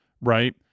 Right